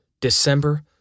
December